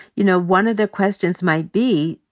you know, one of the questions might be,